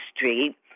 Street